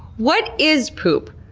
what is poop?